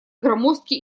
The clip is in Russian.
громоздки